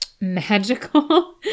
Magical